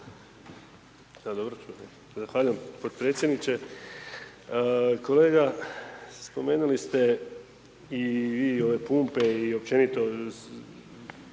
(HNS)** Zahvaljujem potpredsjedniče. Kolega, spomenuli ste i vi ove pumpe i općenito